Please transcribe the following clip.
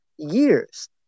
years